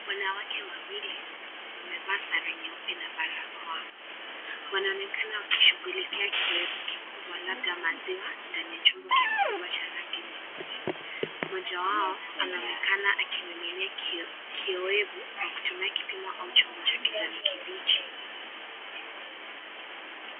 Wanawake wawili wamevaa sare nyeupe na barakoa wanaonekana kushugulikia kirefu kikubwa labda maziwa ndani ya chombo kikubwa cha rangi nyeupe mmoja wao anaonekana akimiminia kiowevu akitumia kipimo au chombo cha kijani kibichi.